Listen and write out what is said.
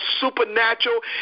supernatural